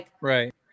Right